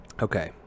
Okay